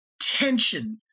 tension